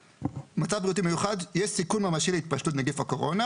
מצב בריאותי מיוחד יש סיכון ממשי להתפשטות נגיף הקורונה